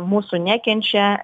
mūsų nekenčia